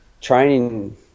training